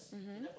mmhmm